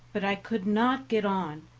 but i could not get on,